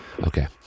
Okay